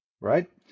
Right